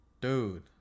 dude